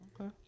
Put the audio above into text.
Okay